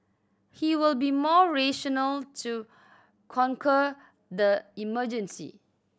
he will be more rational to conquer the emergency